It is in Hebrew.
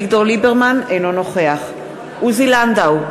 אינו נוכח עוזי לנדאו,